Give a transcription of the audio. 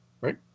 right